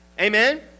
Amen